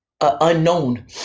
unknown